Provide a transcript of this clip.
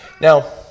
Now